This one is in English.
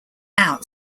out